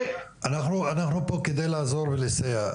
אנחנו פה כדי לעשות לסייע.